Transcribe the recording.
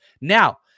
Now